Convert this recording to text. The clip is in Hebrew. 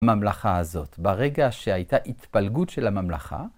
ממלכה הזאת, ברגע שהייתה התפלגות של הממלכה.